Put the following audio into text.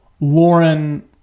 Lauren